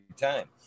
time